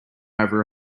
over